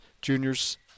juniors